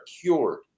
cured